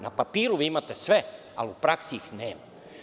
Na papiru vi imate sve, ali u praksi nema.